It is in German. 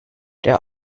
der